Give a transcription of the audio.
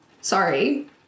sorry